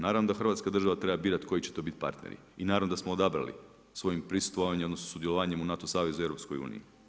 Naravno da Hrvatska država treba birati koji će to biti partneri i naravno da smo odabrali svojim prisustvovanjem odnosno sudjelovanjem u NATO savezu i EU.